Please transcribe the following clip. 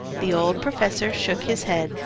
the old professor shook his head,